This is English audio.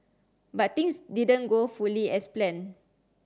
but things didn't go fully as planned